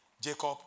Jacob